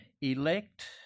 elect